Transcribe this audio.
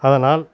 அதனால்